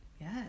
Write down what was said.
Yes